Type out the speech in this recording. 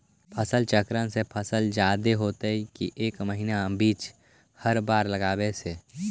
फसल चक्रन से फसल जादे होतै कि एक महिना चिज़ हर बार लगाने से?